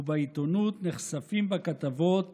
ובעיתונות נחשפים בכתבות